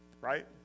Right